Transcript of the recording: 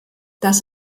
das